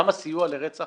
למה הסיוע לרצח